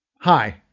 Hi